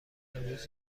امروز